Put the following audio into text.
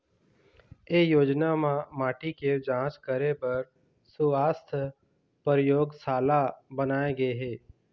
ए योजना म माटी के जांच करे बर सुवास्थ परयोगसाला बनाए गे हे